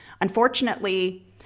unfortunately